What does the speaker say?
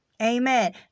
amen